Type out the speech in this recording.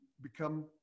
become